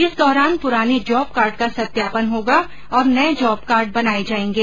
इस दौरान पुराने जॉब कार्ड का सत्यापन होगा और नये जॉब कार्ड बनाये जायेंगे